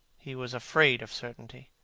he was afraid of certainty.